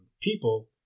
people